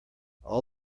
all